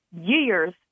years